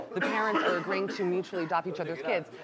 the parents are agreeing to mutually adopt each other's kids.